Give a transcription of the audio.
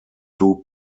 two